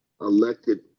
elected